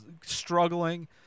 struggling